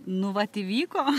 nu vat įvyko